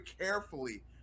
carefully